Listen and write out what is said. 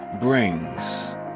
brings